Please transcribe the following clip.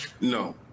No